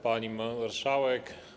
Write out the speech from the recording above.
Pani Marszałek!